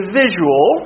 visual